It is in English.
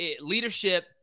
leadership